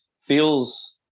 feels